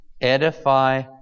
edify